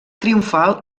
triomfal